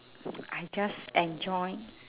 I just enjoy